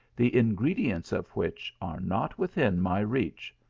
the ingredients of which are not within my reach.